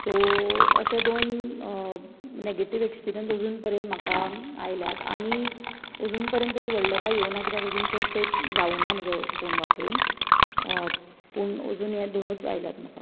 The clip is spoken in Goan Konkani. सो अशें दोन नेगेटिव एक्सपिर्यन्स अजून पर्यंत म्हाका आयल्यात आनी अजून पर्यंत तरी व्हडलें कांय येवनात कित्याक अजून तेंप जावना म्हजो फोन वापरून पूण अजून हे दोनूच आयल्यात म्हाका